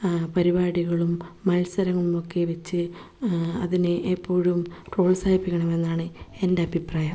പരിപാടികളും മത്സരങ്ങളുമൊക്കെ വച്ച് അതിനെ എപ്പോഴും പ്രോത്സാഹിപ്പിക്കണമെന്നാണ് എൻ്റെ അഭിപ്രായം